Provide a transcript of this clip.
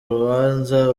rubanza